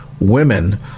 Women